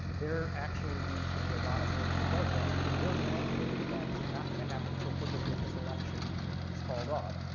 there actually needs to be a lot of work that does that, but more than likely, that's not gonna happen so quickly that this election is called off.